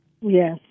Yes